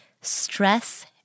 stress